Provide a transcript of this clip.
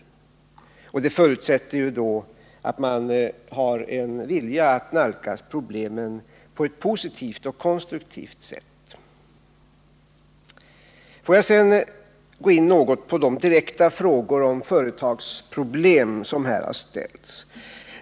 Det förutsätter ju att man har en vilja att nalkas problemen på ett positivt och konstruktivt sätt. Får jag sedan gå in något på de direkta frågor om företagsproblem som här har ställts.